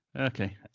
Okay